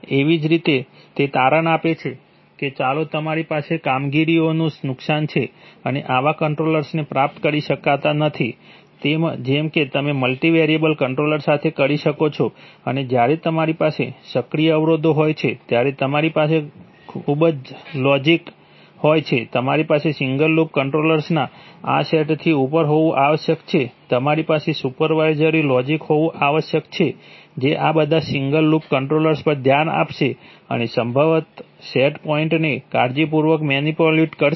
તેવી જ રીતે તે તારણ આપે છે કે તમારી પાસે કામગીરીનું નુકસાન છે તમે આવા કંટ્રોલને પ્રાપ્ત કરી શકતા નથી જેમ કે તમે મલ્ટિ વેરિયેબલ કન્ટ્રોલ સાથે કરી શકો છો અને જ્યારે તમારી પાસે સક્રિય અવરોધો હોય છે ત્યારે તમારી પાસે ખૂબ જ જટિલ લોજિક હોય છે તમારી પાસે સિંગલ લૂપ કંટ્રોલર્સના આ સેટથી ઉપર હોવું આવશ્યક છે તમારી પાસે સુપરવાઇઝરી લોજિક હોવું આવશ્યક છે જે આ બધા સિંગલ લૂપ કંટ્રોલર્સ પર ધ્યાન આપશે અને સંભવત સેટ પોઈન્ટને કાળજીપૂર્વક મેનિપ્યુલેટ કરશે